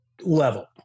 level